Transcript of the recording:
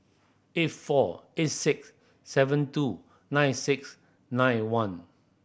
eight four eight six seven two nine six nine one